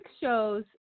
shows